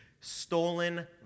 Stolen